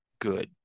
good